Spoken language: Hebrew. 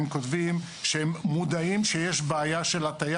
הם כותבים שהם מודעים לכך שיש בעיה של הטיה